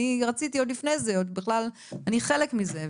אני רציתי עוד לפני זה, אני חלק מזה.